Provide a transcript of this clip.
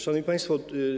Szanowni Państwo!